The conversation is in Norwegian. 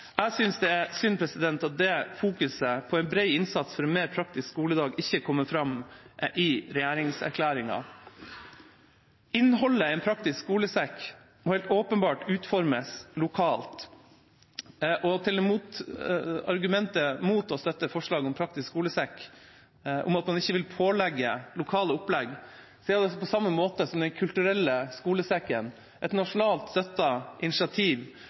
Jeg syns det er synd at fokuset på en bred innsats for en mer praktisk skoledag ikke kommer fram i regjeringserklæringen. Innholdet i en praktisk skolesekk må helt åpenbart utformes lokalt. Til argumentet mot å støtte forslaget om en praktisk skolesekk – at man ikke vil pålegge lokale opplegg: Den kulturelle skolesekken er et nasjonalt støttet initiativ